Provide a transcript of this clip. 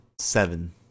seven